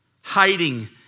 Hiding